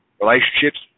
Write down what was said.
Relationships